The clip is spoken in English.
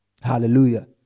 Hallelujah